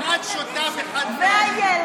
אבל איך את שותה בחד-פעמי?